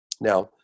now